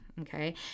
okay